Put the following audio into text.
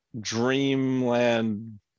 dreamland